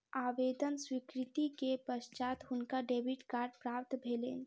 आवेदन स्वीकृति के पश्चात हुनका डेबिट कार्ड प्राप्त भेलैन